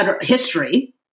history